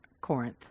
Corinth